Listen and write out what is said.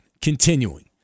continuing